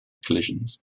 collisions